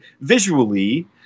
visually